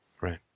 Right